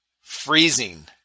freezing